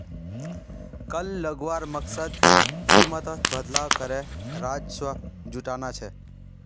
कर लगवार मकसद कीमतोत बदलाव करे राजस्व जुटाना छे